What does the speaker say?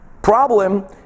Problem